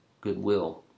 goodwill